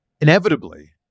inevitably